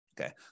Okay